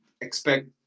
expect